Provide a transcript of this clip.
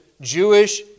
Jewish